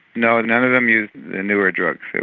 no, none of them used the newer drugs,